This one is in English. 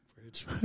fridge